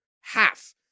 Half